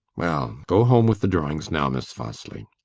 well, go home with the drawings now, miss fosli.